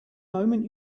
moment